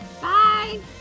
bye